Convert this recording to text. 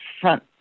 front